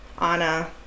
anna